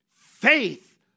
Faith